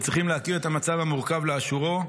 שצריכים להכיר את המצב המורכב לאשורו.